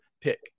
pick